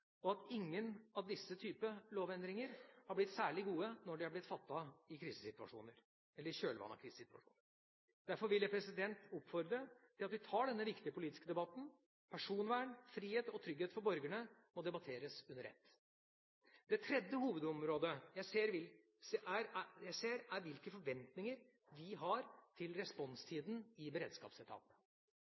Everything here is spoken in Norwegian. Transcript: eventuelle lovendringer. Ingen lovendringer av denne type har blitt særlig gode når de har blitt fattet i kjølvannet av krisesituasjoner. Derfor vil jeg oppfordre til at vi tar denne viktige politiske debatten. Personvern, frihet og trygghet for borgerne må debatteres under ett. Det tredje hovedområdet jeg ser, er hvilke forventninger vi har til responstiden i beredskapsetaten: